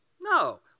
No